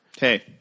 Hey